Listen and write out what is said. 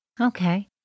Okay